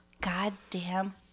goddamn